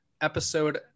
episode